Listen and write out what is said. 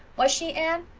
was she, anne?